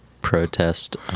protest